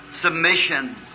submission